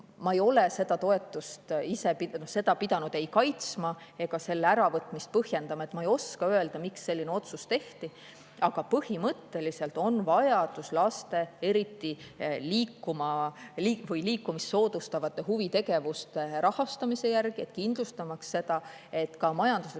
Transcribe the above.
Ma ei ole seda toetust ise pidanud ei kaitsma ega selle äravõtmist põhjendama, ma ei oska öelda, miks selline otsus tehti. Aga põhimõtteliselt on vajadus laste huvitegevuste, eriti liikumist soodustavate huvitegevuste rahastamise järgi, kindlustamaks seda, et ka majanduslikult